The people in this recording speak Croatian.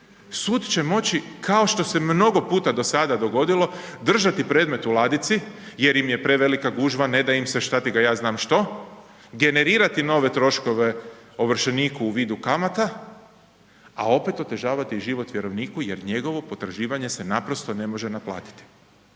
sud će moći kao što se mnogo puta do sada dogodilo, držati predmet u ladici jer im je prevelika gužva, ne da im se, šta ti ga ja znam što, generirati nove troškove ovršeniku u vidu kamata a opet otežavati i život vjerovniku jer njegovo potraživanje se naprosto ne može naplatiti.